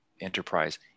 enterprise